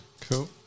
Cool